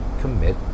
commit